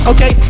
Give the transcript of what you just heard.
Okay